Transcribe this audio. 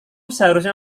seharusnya